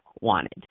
wanted